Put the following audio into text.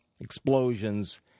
explosions